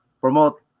promote